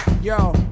yo